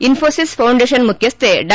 Infosys foundation ಮುಖ್ಯಸ್ಥೆ ಡಾ